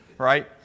right